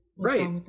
Right